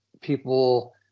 people